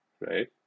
right